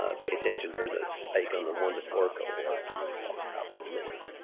ah pay attention, there's a spike on the one to four cohort and we'll talk about that in a minute.